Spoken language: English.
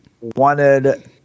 wanted